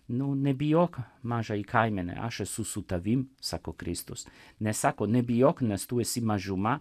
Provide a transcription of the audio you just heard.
nu nebijok mažoji kaimene aš esu su tavim sako kristus nes sako nebijok nes tu esi mažuma